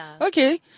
Okay